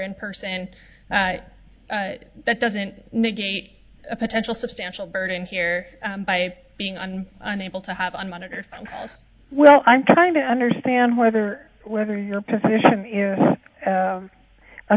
in person that doesn't negate a potential substantial burden here by being on unable to have on monitor well i'm trying to understand whether whether your position is